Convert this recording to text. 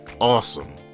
Awesome